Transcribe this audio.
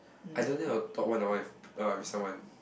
I don't think I will talk one on one with uh with someone